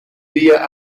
via